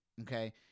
okay